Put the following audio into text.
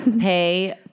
pay